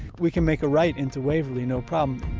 we can make a right into waverly no problem.